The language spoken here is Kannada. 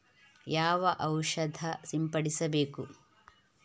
ಯಾವ ಔಷಧ ಸಿಂಪಡಿಸಬೇಕು?